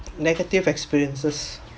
negative experiences